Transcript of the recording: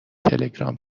تلگرام